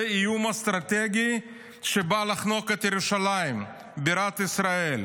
אירוע אסטרטגי שבא לחנוק את ירושלים בירת ישראל.